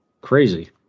crazy